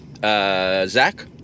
Zach